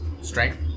Strength